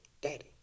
Daddy